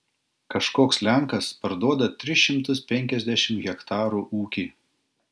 kažkoks lenkas parduoda tris šimtus penkiasdešimt hektarų ūkį